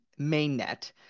mainnet